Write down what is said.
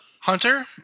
Hunter